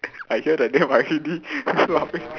I hear the name I hit it laughing